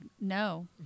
no